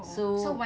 so